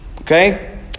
Okay